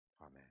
Amen